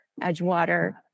Edgewater